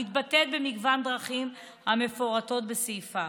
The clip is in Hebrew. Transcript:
המתבטאת בכמה דרכים המפורטות בסעיפיה.